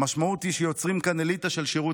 המשמעות היא שיוצרים כאן אליטה של שירות